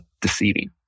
deceiving